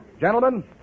Gentlemen